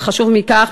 וחשוב מכך,